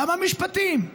למה במשפטים?